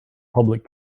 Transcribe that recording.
public